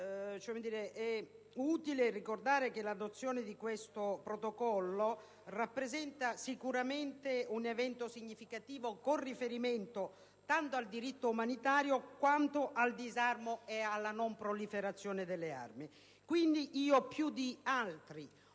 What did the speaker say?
È utile ricordare che l'adozione di questo Protocollo rappresenta sicuramente un evento significativo con riferimento tanto al diritto umanitario quanto al disarmo e alla non proliferazione alle armi. Più di altri, quindi,